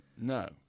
No